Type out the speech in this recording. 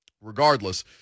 regardless